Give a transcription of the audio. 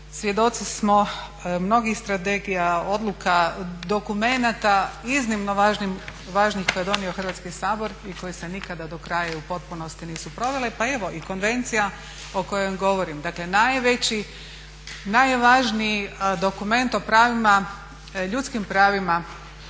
svjedoci smo mnogih strategija, odluka, dokumenata iznimno važnih koje je donio Hrvatski sabor i koji se nikada do kraja i u potpunosti nisu proveli, pa evo i Konvencija o kojoj govorim. Dakle, najveći, najvažniji dokument o pravima, ljudskim pravima